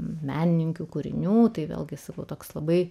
menininkių kūrinių tai vėlgi sakau toks labai